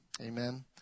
Amen